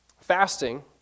Fasting